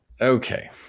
Okay